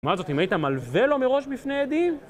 לעומת זאת, אם היית מלווה לו מראש בפני עדים